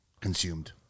consumed